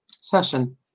Session